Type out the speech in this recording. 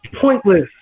pointless